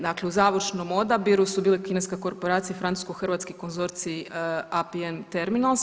Dakle, u završnom odabiru su bile kineska korporacija i Francusko-hrvatski konzorcij APM Terminals.